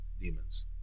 demons